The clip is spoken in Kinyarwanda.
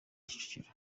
kicukiro